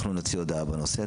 אנחנו נוציא הודעה בנושא.